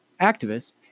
activists